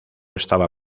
estaba